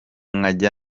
nkajya